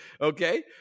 okay